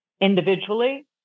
individually